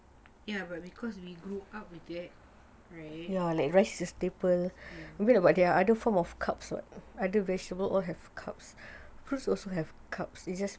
yes but because we grew up with that right yes